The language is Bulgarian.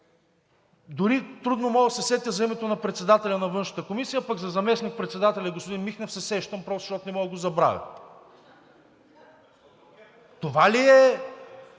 дори трудно мога да се сетя за името на председателя на Външната комисия, а пък за заместник-председателя господин Михнев се сещам просто защото не мога да го забравя. (Оживление.)